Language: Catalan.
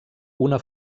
una